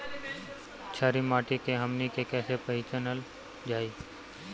छारी माटी के हमनी के कैसे पहिचनल जाइ?